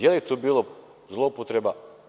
Je li tu bila zloupotreba?